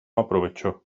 aprovechó